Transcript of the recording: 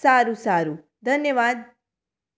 સારું સારું ધન્યવાદ